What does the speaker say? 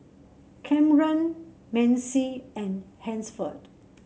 Camren Macy and Hansford